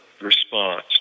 response